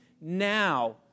now